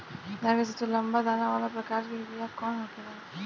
धान के सबसे लंबा दाना वाला प्रकार के बीया कौन होखेला?